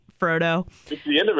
Frodo